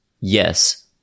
Yes